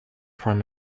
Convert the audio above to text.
prime